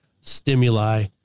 stimuli